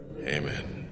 amen